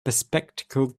bespectacled